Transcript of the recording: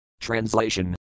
Translation